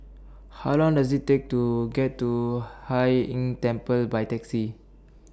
How Long Does IT Take to get to Hai Inn Temple By Taxi